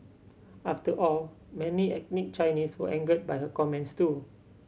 after all many ethnic Chinese were angered by her comments too